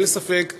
אין לי ספק ש"איגי"